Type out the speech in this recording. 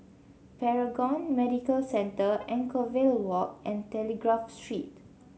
Paragon Medical Centre Anchorvale Walk and Telegraph Street